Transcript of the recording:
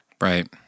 Right